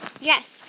Yes